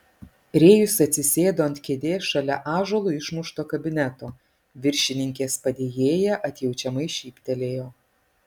rėjus atsisėdo ant kėdės šalia ąžuolu išmušto kabineto viršininkės padėjėja atjaučiamai šyptelėjo